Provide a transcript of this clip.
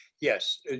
Yes